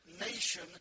nation